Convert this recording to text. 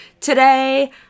Today